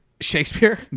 Shakespeare